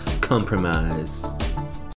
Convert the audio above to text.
Compromise